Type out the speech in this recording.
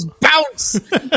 bounce